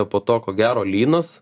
po to ko gero lynas